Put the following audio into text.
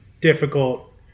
difficult